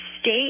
state